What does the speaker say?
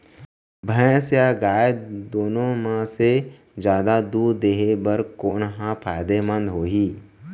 भैंस या गाय दुनो म से जादा दूध देहे बर कोन ह फायदामंद होही?